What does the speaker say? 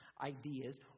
ideas